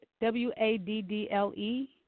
W-A-D-D-L-E